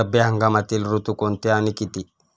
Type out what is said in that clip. रब्बी हंगामातील ऋतू कोणते आणि किती?